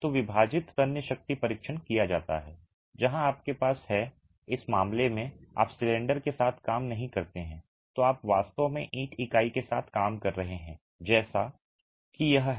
तो विभाजित तन्य शक्ति परीक्षण किया जाता है जहां आपके पास है इस मामले में आप सिलेंडर के साथ काम नहीं करते हैं जो आप वास्तव में ईंट इकाई के साथ काम कर रहे हैं जैसा कि यह है